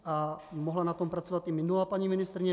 A mohla na tom pracovat i minulá paní ministryně.